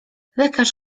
lekarz